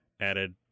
added